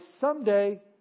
someday